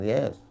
Yes